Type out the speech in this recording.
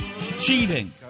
cheating